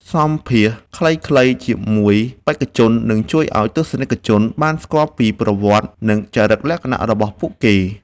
សម្ភាសន៍ខ្លីៗជាមួយបេក្ខជននឹងជួយឱ្យទស្សនិកជនបានស្គាល់ពីប្រវត្តិ និង ចរិតលក្ខណៈរបស់ពួកគេ។